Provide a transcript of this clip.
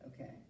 okay